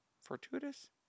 Fortuitous